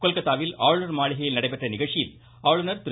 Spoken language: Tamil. கொல்கத்தாவில் ஆளுநர் மாளிகையில் நடைபெற்ற நிகழ்ச்சியில் ஆளுநர் திரு